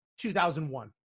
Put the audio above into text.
2001